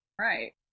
Right